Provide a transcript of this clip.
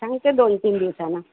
सांगते दोन तीन दिवसानं